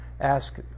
ask